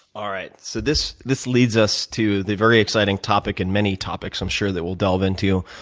all right. so this this leads us to the very exciting topic, and many topics i'm sure that we'll delve into.